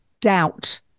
doubt